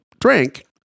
drank